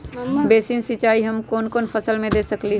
Basin सिंचाई हम कौन कौन फसल में दे सकली हां?